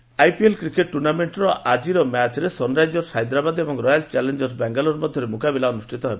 IPL IPL cricket ଟୁର୍ଣ୍ଣାମେଣ୍ଟର ଆଜିର ମ୍ୟାଚ୍ରେ ସନ୍ରାଇଜର୍ସ ହାଇଦ୍ରାବାଦ ଓ ରୟାଲ୍ ଚାଲେଞ୍ଜର୍ସ ବାଙ୍ଗାଲୋର ମଧ୍ୟରେ ମୁକାବିଲା ଅନୁଷ୍ଠିତ ହେବ